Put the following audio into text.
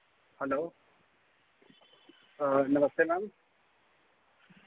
hello नमस्ते ma'am